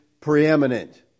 preeminent